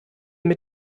mit